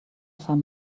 some